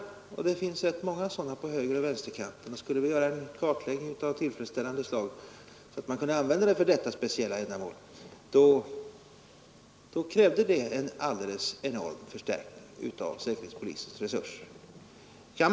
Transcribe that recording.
Det finns rätt många sådana på högeroch vänsterkanten, och skulle vi göra en kartläggning som man kunde använda för detta speciella ändamål, skulle det kräva en enorm förstärkning av säkerhetspolisens resurser.